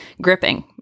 gripping